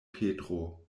petro